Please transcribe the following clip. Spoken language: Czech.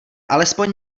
alespoň